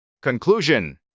Conclusion